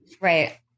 Right